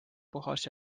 puhas